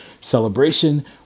celebration